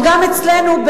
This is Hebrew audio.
וגם אצלנו,